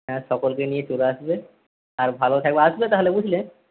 হ্যাঁ সকলকে নিয়ে চলে আসবে আর ভালো থাকবে আসবে তাহলে বুঝলে